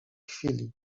chwili